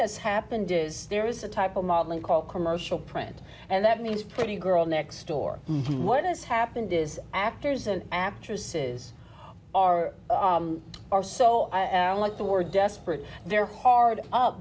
has happened is there is a type of modeling called commercial print and that means pretty girl next door what has happened is actors and actresses are are so i don't like the word desperate they're hard up